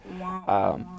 Wow